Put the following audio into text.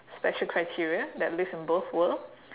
special criteria that lives in both world